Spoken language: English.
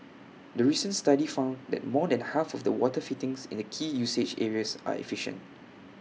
the recent study found that more than half of the water fittings in the key usage areas are efficient